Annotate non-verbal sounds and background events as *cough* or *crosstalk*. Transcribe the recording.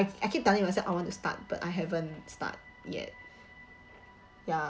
I keep telling myself I want to start but I haven't start yet *noise* ya